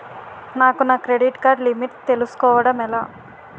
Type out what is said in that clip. నాకు నా credit card limit తెలుసుకోవడం ఎలా?